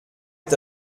est